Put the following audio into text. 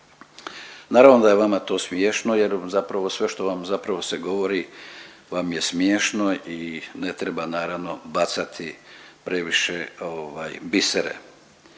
Naravno da je vama to smiješno jer zapravo sve što vam zapravo se govori vam je smiješno i ne treba naravno bacati previše ovaj bisere.